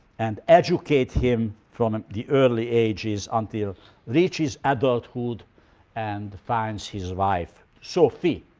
and educates him from the early ages until reaches adulthood and finds his wife, sophie.